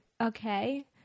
okay